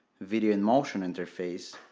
video in motion interface